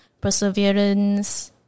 perseverance